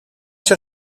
всё